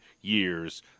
years